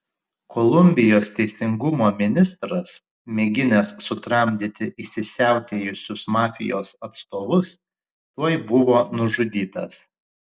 kolumbijos teisingumo ministras mėginęs sutramdyti įsisiautėjusius mafijos atstovus tuoj buvo nužudytas